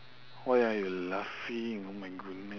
why are you laughing oh my goodness